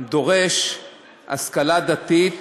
דורש השכלה דתית,